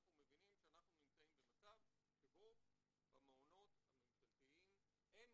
אנחנו מבינים שאנחנו נמצאים במצב שבו במעונות הממשלתיים אין